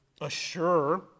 assure